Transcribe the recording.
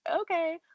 okay